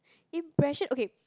in black shirt okay